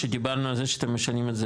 שדיברנו על זה שאתם משנים את זה